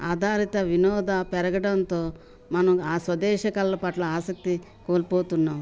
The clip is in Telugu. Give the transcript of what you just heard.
ఆధారిత వినోద పెరగడంతో మనం ఆ స్వదేశ కళ పట్ల ఆసక్తి కోల్పోతున్నాం